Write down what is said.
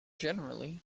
generally